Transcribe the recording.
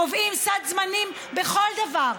קובעים סד זמנים בכל דבר.